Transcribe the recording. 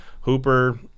Hooper